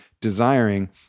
desiring